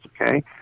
okay